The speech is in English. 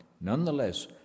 nonetheless